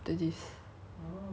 我的 penguin 的名字了